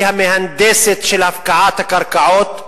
היא המהנדסת של הפקעת הקרקעות,